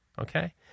okay